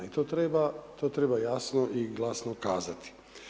I to treba jasno i glasno kazati.